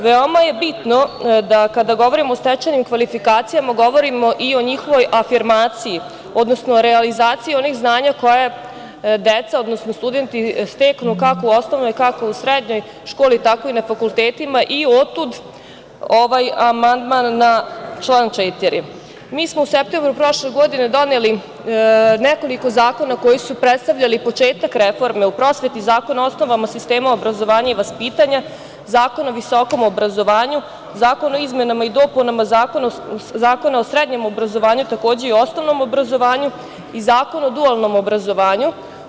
Veoma je bitno da kada govorimo o stečenim kvalifikacijama, govorimo i o njihovoj afirmaciji, odnosno realizaciji onih znanja koja deca, odnosno studenti steknu kako u osnovnoj, kako u srednjoj školi, tako i na fakultetima i otud amandman na član 4. Mi smo u septembru mesecu prošle godine doneli nekoliko zakona koji su predstavljali početak reforme u prosveti - Zakon o osnovama sistema obrazovanja i vaspitanja, Zakon o visokom obrazovanju, Zakon o izmenama i dopunama Zakona o srednjem obrazovanju, takođe i osnovnom obrazovanju i Zakon o dualnom obrazovanju.